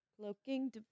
Cloaking